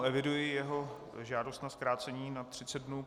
Eviduji jeho žádost na zkrácení na třicet dnů.